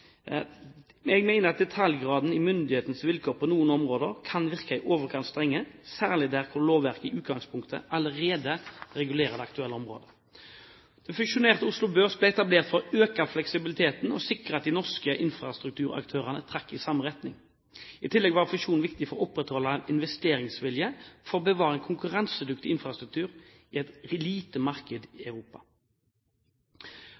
Jeg mener at detaljgraden i myndighetenes vilkår på noen områder kan virke i overkant strenge, særlig der hvor lovverket i utgangspunktet allerede regulerer det aktuelle området. Det fusjonerte Oslo Børs ble etablert for å øke fleksibiliteten og sikre at de norske infrastrukturaktørene trakk i samme retning. I tillegg var fusjonen viktig for å opprettholde investeringsvilje for å bevare en konkurransedyktig infrastruktur i et lite marked i